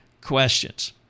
questions